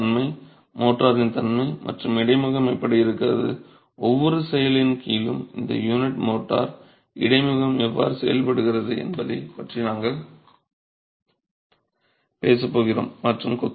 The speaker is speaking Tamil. யூனிட்டின் தன்மை மோர்டாரின் தன்மை மற்றும் இடைமுகம் எப்படி இருக்கிறது ஒவ்வொரு செயலின் கீழும் இந்த யூனிட் மோர்டார் இடைமுகம் எவ்வாறு செயல்படுகிறது என்பதைப் பற்றி நாங்கள் பேசப் போகிறோம்